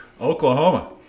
Oklahoma